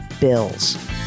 Bills